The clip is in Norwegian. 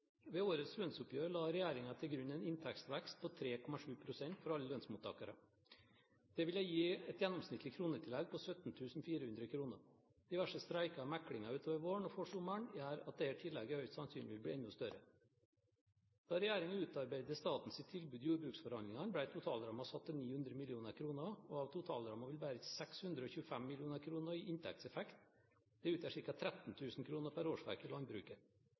Ved årets lønnsoppgjør la regjeringen til grunn en inntektsvekst på 3,7 pst. for alle lønnsmottakere. Det ville gi et gjennomsnittlig kronetillegg på 17 400 kr. Diverse streiker og meklinger utover våren og forsommeren gjør at dette tillegget høyst sannsynlig vil bli enda større. Da regjeringen utarbeidet statens tilbud i jordbruksforhandlingene, ble totalrammen satt til 900 mill. kr. Av totalrammen vil bare 625 mill. kr gi inntektseffekt. Det utgjør ca. 13 000 kr per årsverk i landbruket.